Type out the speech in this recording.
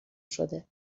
شده